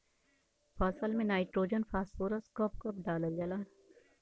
फसल में nitrogen phosphorus कब कब डालल जाला?